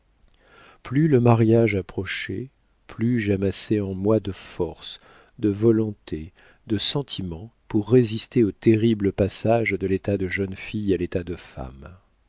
plus le mariage approchait plus j'amassais en moi de force de volonté de sentiments pour résister au terrible passage de l'état de jeune fille à l'état de femme